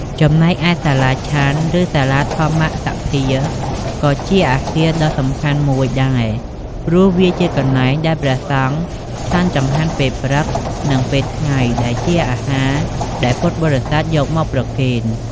ចំណែកឯ សាលាឆាន់ ឬសាលាធម្មសភា ក៏ជាអគារដល់សំខាន់មួយដែរ ព្រោះវាជាកន្លែងដែល ព្រះសង្ឃឆាន់ចង្ហាន់ ពេលព្រឹក និងពេលថ្ងៃ ដែលជាអាហារដែលពុទ្ធបរិស័ទយកមកប្រគេន។